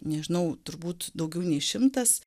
nežinau turbūt daugiau nei šimtas